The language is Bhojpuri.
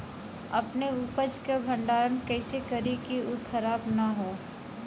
अपने उपज क भंडारन कइसे करीं कि उ खराब न हो?